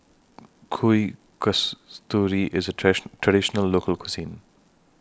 Kuih Kasturi IS A Traditional Local Cuisine